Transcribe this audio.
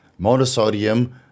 monosodium